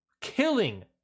killing